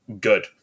good